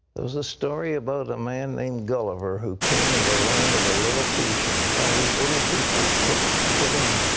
there's a story about a man named gulliver who came into the land of the lilliputians. and all these little people kept putting